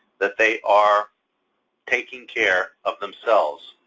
that they are taking care of themselves,